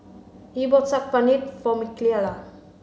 Yee bought Saag Paneer for Mikaela